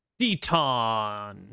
Deton